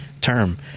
term